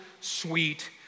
sweet